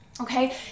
okay